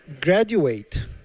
graduate